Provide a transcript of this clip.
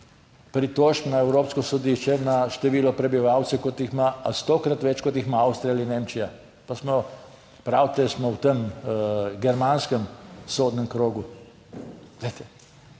Pritožb na Evropsko sodišče na število prebivalcev, kot jih ima, stokrat več, kot jih ima Avstrija ali Nemčija, pa smo, pravite, smo v tem germanskem sodnem krogu.